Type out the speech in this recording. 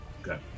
Okay